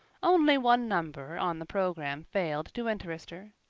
only one number on the program failed to interest her.